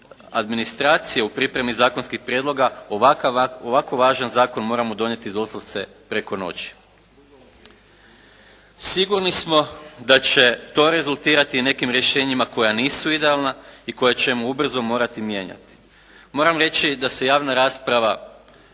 u pripremi zakonskih prijedloga ovako važan zakon moramo donijeti doslovce preko noći. Sigurni smo da će to rezultirati nekim rješenjima koja nisu idealna i koja ćemo ubrzo morati mijenjati. Moram reći da se javna rasprava